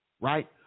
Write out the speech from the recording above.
right